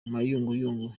mayunguyungu